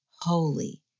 holy